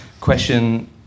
question